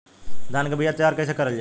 धान के बीया तैयार कैसे करल जाई?